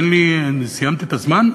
סיימתי את הזמן?